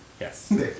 Yes